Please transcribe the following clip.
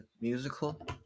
musical